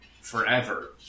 forever